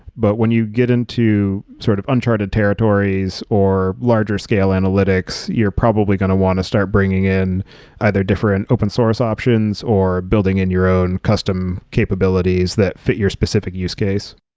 but when you get into sort of uncharted territories or larger scale analytics, you're probably going to want to start bringing in either different open source options or building in your own custom capabilities that fit your specific use case.